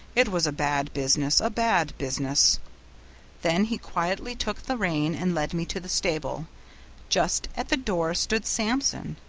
it was a bad business, a bad business then he quietly took the rein and led me to the stable just at the door stood samson.